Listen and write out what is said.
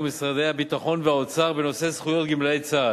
משרדי הביטחון והאוצר בנושא זכויות גמלאי צה"ל.